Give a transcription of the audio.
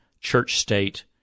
church-state